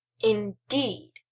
Indeed